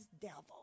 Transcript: devil